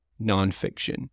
nonfiction